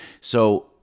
So-